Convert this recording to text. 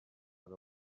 per